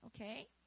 Okay